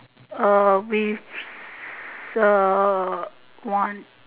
uh with err one